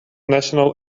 national